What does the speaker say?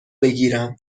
بگیریم